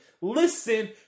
Listen